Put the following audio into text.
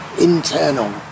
internal